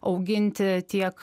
auginti tiek